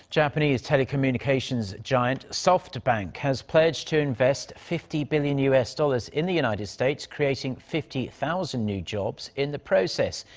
japanese telecommunications giant softbank has pledged to invest fifty billion u s. dollars in the united states. creating fifty thousand new jobs in the process.